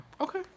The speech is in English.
okay